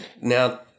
Now